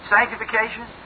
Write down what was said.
Sanctification